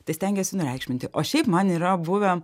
tai stengiuosi nureikšminti o šiaip man yra buvę